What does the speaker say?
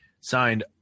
signed